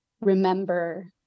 remember